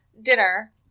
dinner